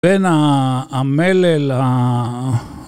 בן אה.. המלל לה